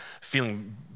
feeling